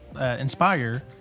Inspire